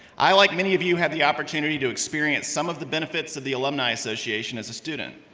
i like many of you have the opportunity to experience some of the benefits of the alumni association as a student.